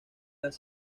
las